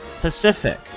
Pacific